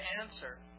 answer